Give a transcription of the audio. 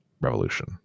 revolution